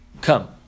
Come